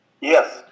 Yes